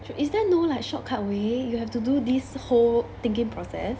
is there no like shortcut way you have to do this whole thinking process